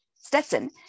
Stetson